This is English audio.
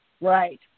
Right